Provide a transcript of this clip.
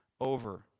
over